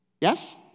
yes